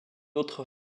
autre